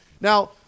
Now